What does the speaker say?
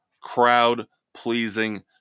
crowd-pleasing